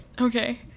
Okay